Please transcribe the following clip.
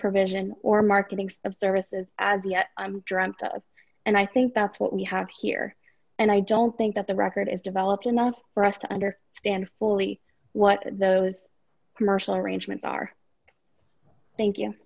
provision or marketing of services as yet i'm drawn to and i think that's what we have here and i don't think that the record is developed enough for us to under stand fully what those commercial arrangements are thank you